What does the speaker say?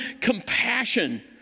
compassion